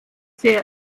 sehr